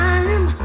Time